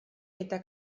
eta